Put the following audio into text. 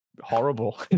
horrible